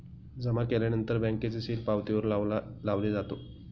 जमा केल्यानंतर बँकेचे सील पावतीवर लावले जातो